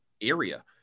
area